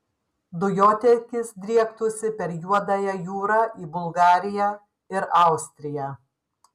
dujotiekis driektųsi per juodąją jūrą į bulgariją ir austriją